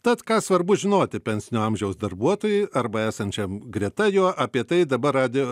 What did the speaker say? tad ką svarbu žinoti pensinio amžiaus darbuotojui arba esančiam greta jo apie tai dabar radijo